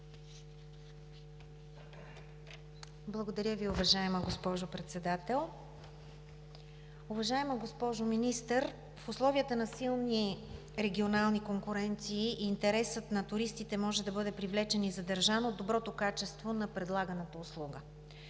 Благодаря Ви, уважаема госпожо Председател. Уважаема госпожо Министър, в условията на силни регионални конкуренции интересът на туристите може да бъде привлечен и задържан от доброто качество на предлаганата услуга.